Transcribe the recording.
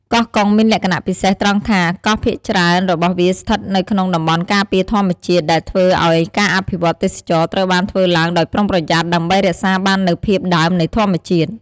កោះកុងមានលក្ខណៈពិសេសត្រង់ថា កោះភាគច្រើនរបស់វាស្ថិតនៅក្នុងតំបន់ការពារធម្មជាតិ ដែលធ្វើឱ្យការអភិវឌ្ឍន៍ទេសចរណ៍ត្រូវបានធ្វើឡើងដោយប្រុងប្រយ័ត្ន ដើម្បីរក្សាបាននូវភាពដើមនៃធម្មជាតិ។